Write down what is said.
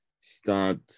start